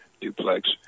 duplex